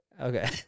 Okay